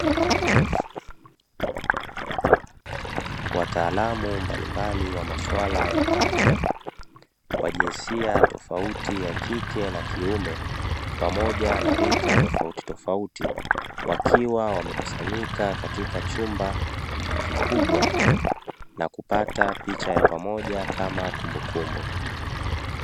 Wataalamu mbalimbali wa maswala ya afya wa jinsia tofauti ya kike na kiume pamoja na rika tofauti tofauti, wakiwa wamekusanyika katika chumba kikubwa na kupata picha ya pamoja kama kumbukumbu.